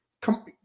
come